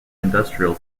industrial